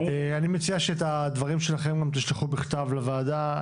אני מציע שאת הדברים שלכם גם תשלחו בכתב לוועדה,